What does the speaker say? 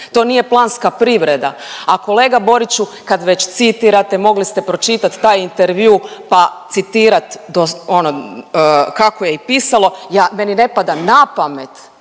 To nije planska privreda. A kolega Boriću kad već citirate, mogli ste pročitat taj intervju pa citirat, ono kako je i pisalo. Ja meni ne pada na pamet